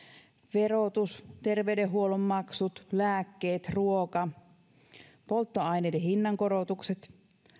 verotus terveydenhuollon maksut lääkkeet ruoka polttoaineiden hinnankorotukset